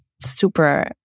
super